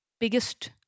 biggest